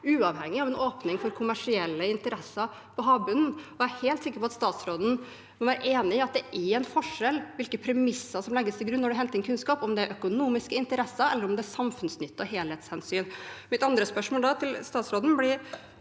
uavhengig av en åpning for kommersielle interesser på havbunnen. Jeg er helt sikker på at statsråden vil være enig i at det er en forskjell på hvilke premisser som legges til grunn når man henter inn kunnskap – om det er økonomiske interesser, eller om det er samfunnsnytte og helhetshensyn. Mitt andre spørsmål til statsråden blir: